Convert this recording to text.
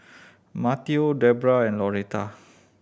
Mateo Deborah and Loretta